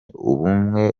ubumwe